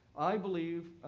i believe,